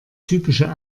typische